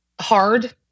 hard